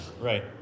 Right